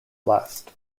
blast